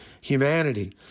humanity